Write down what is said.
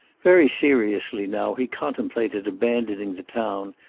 very seriously now he contemplated abandoning the town,